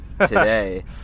today